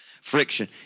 friction